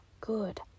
good